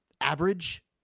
average